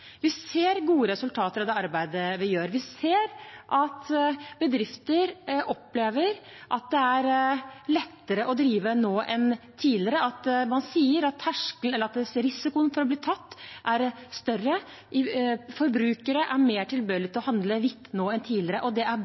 Vi ser gode resultater av det arbeidet vi gjør. Vi ser at bedrifter opplever at det er lettere å drive nå enn tidligere, og at man sier at risikoen for å bli tatt er større. Forbrukere er mer tilbøyelige til å handle hvitt nå enn tidligere, og det er